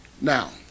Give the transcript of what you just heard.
now